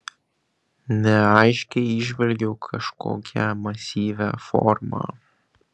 neaiškiai įžvelgiu kažkokią masyvią formą